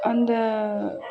அந்த